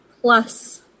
plus